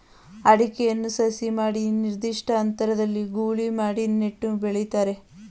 ಅಡಿಕೆಯನ್ನು ಸಸಿ ಮಾಡಿ ನಿರ್ದಿಷ್ಟ ಅಂತರದಲ್ಲಿ ಗೂಳಿ ಮಾಡಿ ನೆಟ್ಟು ಬೆಳಿತಾರೆ